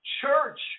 church